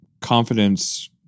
confidence